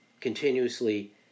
continuously